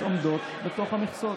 מכסות.